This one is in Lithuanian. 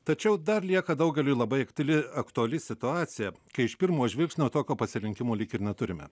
tačiau dar lieka daugeliui labai aktili aktuali situacija kai iš pirmo žvilgsnio tokio pasirinkimo lyg ir neturime